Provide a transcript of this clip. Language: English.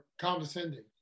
condescending